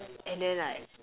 and then like